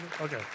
okay